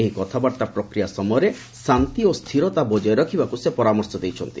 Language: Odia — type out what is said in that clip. ଏହି କଥାବାର୍ତ୍ତା ପ୍ରକ୍ରିୟା ସମୟରେ ଶାନ୍ତି ଓ ସ୍ଥିରତା ବଜାୟ ରଖିବାକୁ ସେ ପରାମର୍ଶ ଦେଇଛନ୍ତି